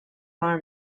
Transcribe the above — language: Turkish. var